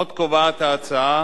עוד קובעת ההצעה